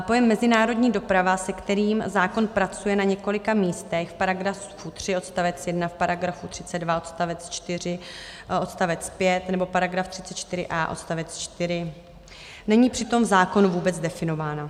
Pojem mezinárodní doprava, se kterým zákon pracuje na několika místech v § 3 odst. 1, v § 32 odst. 4 a odst. 5, nebo § 34a odst. 4 není přitom v zákonu vůbec definován.